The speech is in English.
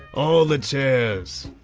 all the chairs!